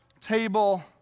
table